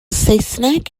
saesneg